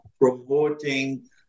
promoting